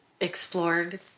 explored